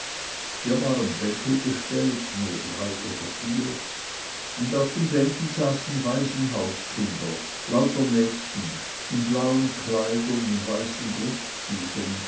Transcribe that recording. hier waren bänke gestellt nur drei oder vier und auf den bänken saßen waisenhauskinder lauter mädchen in blauen kleidern und weißen